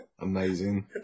Amazing